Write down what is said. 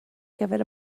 gyfer